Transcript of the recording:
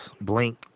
Blink